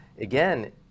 again